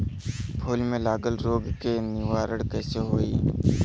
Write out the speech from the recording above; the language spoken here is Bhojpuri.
फूल में लागल रोग के निवारण कैसे होयी?